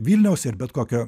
vilniaus ir bet kokio